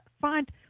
find